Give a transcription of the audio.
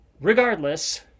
regardless